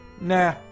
nah